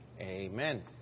Amen